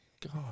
God